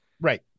right